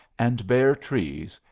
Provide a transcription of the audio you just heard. and bare trees,